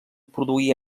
produir